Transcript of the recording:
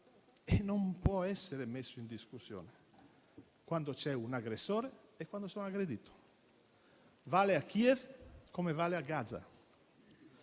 e non può essere messo in discussione, quando c'è un aggressore e quando c'è un aggredito, vale a Kiev, come vale a Gaza.